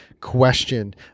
question